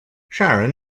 sharon